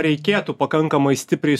reikėtų pakankamai stipriai